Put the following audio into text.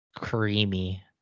creamy